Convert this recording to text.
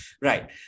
Right